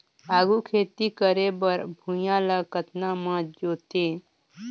आघु खेती करे बर भुइयां ल कतना म जोतेयं?